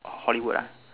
Hollywood ah